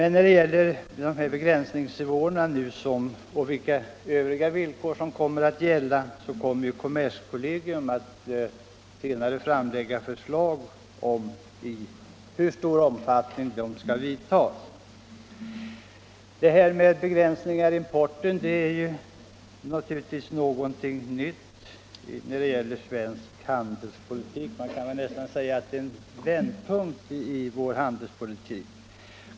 När det gäller begränsningsnivåerna och övriga villkor skall ju kommerskollegium senare framlägga förslag. Detta med begränsningar av importen är naturligtvis någonting nytt för svensk handelspolitik. Man kan väl nästan säga att det är en vändpunkt i vår handelspolitik.